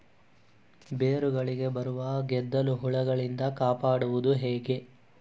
ಬೇರುಗಳಿಗೆ ಬರುವ ಗೆದ್ದಲು ಹುಳಗಳಿಂದ ಕಾಪಾಡುವುದು ಹೇಗೆ?